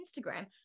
Instagram